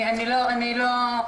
השולחן